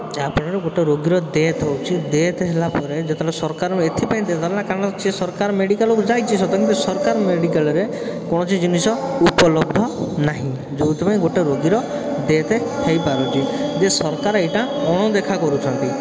ଯାହାଫଳରେ ଗୋଟେ ରୋଗୀର ଡେଥ୍ ହେଉଛି ଡେଥ୍ ହେଲାପରେ ଯେତେବେଳେ ସରକାର ଏଥିପାଇଁ କାରଣ ସେ ସରକାର ମେଡ଼ିକାଲ୍ରୁ ଯାଇଛି ସତ କିନ୍ତୁ ସରକାରୀ ମେଡ଼ିକାଲ୍ରେ କୌଣସି ଜିନିଷ ଉପଲବ୍ଧ ନାହିଁ ଯେଉଁଥିପାଇଁ ଗୋଟେ ରୋଗୀର ଡେଥ୍ ହେଇପାରୁଛି ଯେ ସରକାର ଏଇଟା ଅଣଦେଖା କରୁଛନ୍ତି